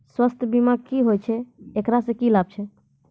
स्वास्थ्य बीमा की होय छै, एकरा से की लाभ छै?